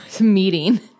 meeting